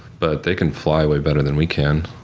but they can fly way better than we can.